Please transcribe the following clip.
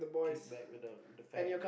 kick back when the with the fan